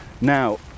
now